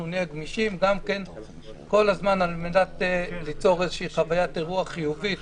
אנחנו נהיה גמישים כל הזמן על מנת ליצור חוויית אירוח חיובית